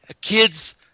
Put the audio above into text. Kids